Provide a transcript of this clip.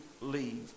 leave